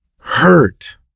hurt